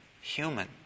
human